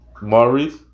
Maurice